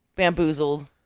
bamboozled